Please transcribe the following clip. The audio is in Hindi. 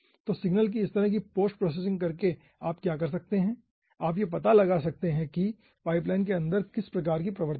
तो सिग्नल की इस तरह की पोस्ट प्रोसेसिंग करके आप क्या कर सकते हैं आप यह पता लगा सकते हैं कि पाइपलाइन के अंदर किस प्रकार की प्रवृत्ति है